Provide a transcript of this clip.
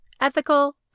ethical